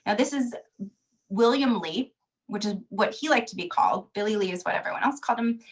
and this is william lee which is what he liked to be called. billy lee is what everyone else called him.